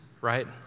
right